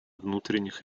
внутренних